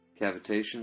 cavitation